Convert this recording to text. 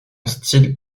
style